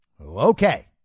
Okay